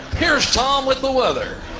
here's tom with the weather.